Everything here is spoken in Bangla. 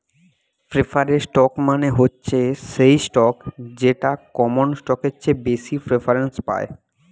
প্রেফারেড স্টক মানে হচ্ছে সেই স্টক যেটা কমন স্টকের চেয়ে বেশি প্রেফারেন্স পায়